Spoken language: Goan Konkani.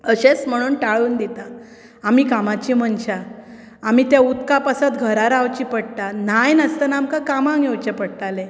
अशेंत म्हणून टाळून दितात आमी कामाची मनशां आमी त्या उदका पासत घरा रावचें पडटा न्हाय नासतना आमकां कामाक येवचें पडटाले